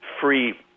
free